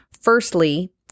Firstly